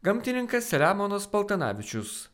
gamtininkas selemonas paltanavičius